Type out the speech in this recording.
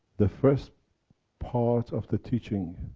the first part of the teaching.